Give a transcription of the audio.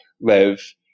live